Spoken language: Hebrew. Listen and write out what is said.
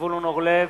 זבולון אורלב,